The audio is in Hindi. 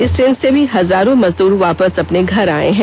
इस ट्रेन से भी हजारो मजदूर वापस अपने घर आये हैं